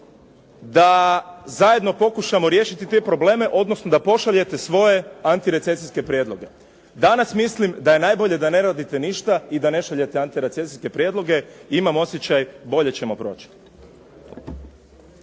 da zajedno pokušamo riješiti te probleme, odnosno da pošaljete svoje antirecesijske prijedloge. Danas mislim da je najbolje da ne radite ništa i da ne šaljete antirecesijske prijedloge, imam osjećaj bolje ćemo proći.